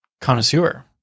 connoisseur